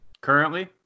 Currently